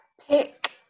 Pick